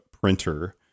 printer